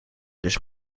dus